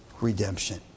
redemption